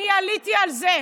לא.